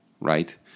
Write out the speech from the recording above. right